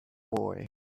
boy